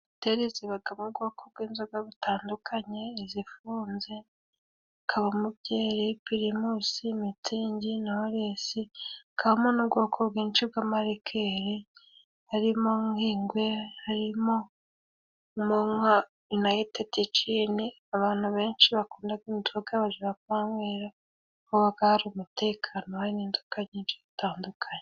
Hoteri zibagamo ubwoko bw'inzoga butandukanye:izifunze, hakabamo byeyi, pirimusi, mitsingi, nowuresi, hakabamo n'ubwoko bwinshi bw'amarikeri, harimo nk'ingwe, harimo mo nka unayitedijini, abantu benshi bakundaga inzoga bajaga kuhanywera kuko habaga hari umutekano hari n'inzoga nyinshi zitandukanye.